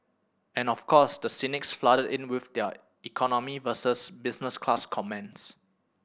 and of course the cynics flooded in with their economy versus business class comments